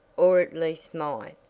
or at least might,